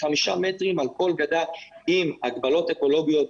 חמישה מטרים על כל גדה עם הגבלות אקולוגיות,